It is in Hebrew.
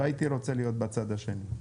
לא הייתי רוצה להיות בצד השני.